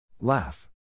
Laugh